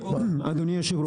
אדוני היושב-ראש,